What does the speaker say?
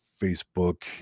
facebook